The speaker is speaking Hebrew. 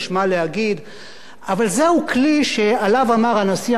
אבל זה כלי שעליו אמר הנשיא הראשון המנוח חיים ויצמן,